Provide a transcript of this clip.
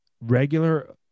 regular